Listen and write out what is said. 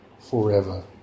Forever